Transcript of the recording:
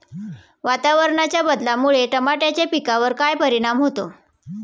वातावरणाच्या बदलामुळे टमाट्याच्या पिकावर काय परिणाम होतो?